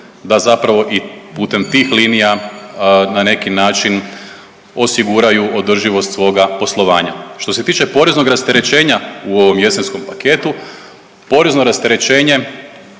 da zapravo i putem tih linija na neki način osiguraju održivost svoga poslovanja. Što se tiče poreznog rasterećenja u ovom jesenskom paketu porezno rasterećenje